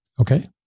Okay